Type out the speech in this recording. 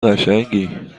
قشنگی